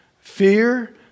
fear